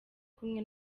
kumwe